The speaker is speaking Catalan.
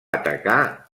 atacar